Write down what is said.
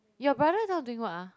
your brother now doing what ah